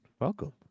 welcome